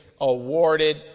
awarded